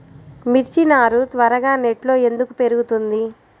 మిర్చి నారు త్వరగా నెట్లో ఎందుకు పెరుగుతుంది?